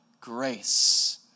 grace